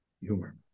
humor